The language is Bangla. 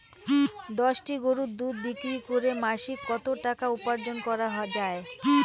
দশটি গরুর দুধ বিক্রি করে মাসিক কত টাকা উপার্জন করা য়ায়?